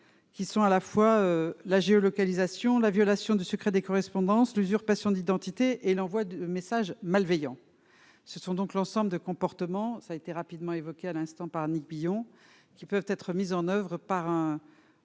qui sont à la fois la géolocalisation la violation du secret des correspondances, l'usurpation d'identité et l'envoi de messages malveillants, ce sont donc l'ensemble de comportement, ça a été rapidement évoqué à l'instant par Annick Billon qui peuvent être mises en oeuvre par un